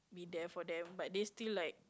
be there for them but they still like